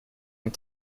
and